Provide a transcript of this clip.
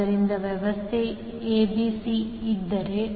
ಆದ್ದರಿಂದ ವ್ಯವಸ್ಥೆ abc ಇದ್ದರೆ